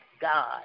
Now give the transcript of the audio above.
God